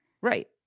Right